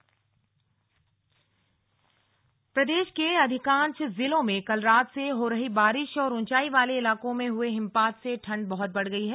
मौसम प्रदेश के अधिकांश जिलों में कल रात से हो रही बारिश और ऊंचाई वाले इलाकों में हुए हिमपात से से ठंड बहुत बढ़ गई है